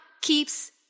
keeps